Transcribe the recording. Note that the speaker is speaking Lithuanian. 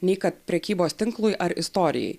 nei kad prekybos tinklui ar istorijai